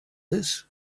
this